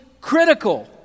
critical